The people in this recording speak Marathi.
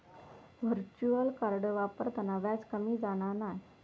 व्हर्चुअल कार्ड वापरताना व्याज कमी जाणा नाय